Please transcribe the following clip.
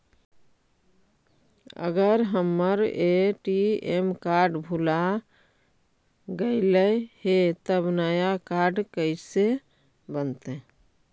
अगर हमर ATM card भुला गैलै हे तब नया काड कइसे बनतै?